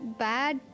bad